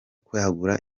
kwagura